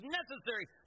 necessary